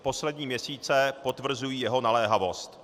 Poslední měsíce potvrzují jeho naléhavost.